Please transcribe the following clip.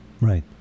Right